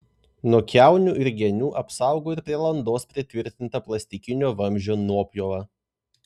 nuo kiaunių ir genių apsaugo ir prie landos pritvirtinta plastikinio vamzdžio nuopjova